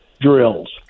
drills